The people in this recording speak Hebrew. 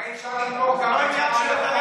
הרי אפשר, זה עניין של סדרי